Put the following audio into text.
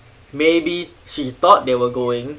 maybe she thought they were going